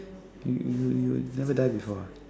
you you you never die before